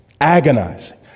agonizing